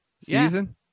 season